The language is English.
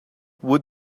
what